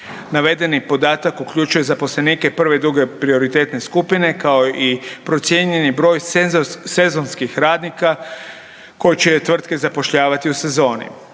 Navedeni podatak uključuje zaposlenike prve i druge prioritetne skupine kao i procijenjeni broj sezonskih radnika koje će tvrtke zapošljavati u sezoni.